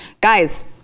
Guys